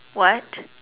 what